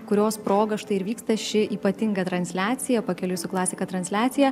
kurios proga štai ir vyksta ši ypatinga transliacija pakeliui su klasika transliacija